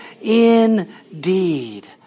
indeed